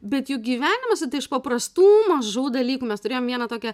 bet juk gyvenimas susideda iš paprastų mažų dalykų mes turėjom vieną tokią